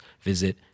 visit